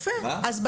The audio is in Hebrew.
אם כן,